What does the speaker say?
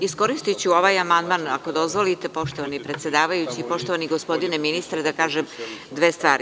Iskoristiću ovaj amandman, ako dozvolite poštovani predsedavajući, poštovani gospodine ministre da kažem dve stvari.